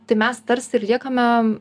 tai mes tarsi ir liekame